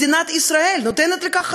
מדינת ישראל נותנת לכך חסות.